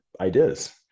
ideas